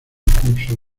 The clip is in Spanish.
curso